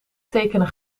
tekenen